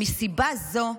מסיבה זו,